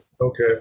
Okay